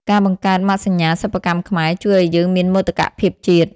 ការបង្កើតម៉ាកសញ្ញាសិប្បកម្មខ្មែរ ជួយឱ្យយើងមានមោទកភាពជាតិ។